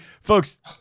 Folks